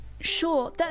sure